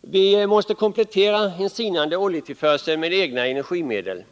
Vi måste komplettera den sinande oljetillförseln med egna energimedel.